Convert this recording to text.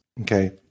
okay